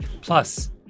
Plus